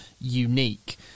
unique